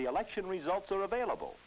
the election results are available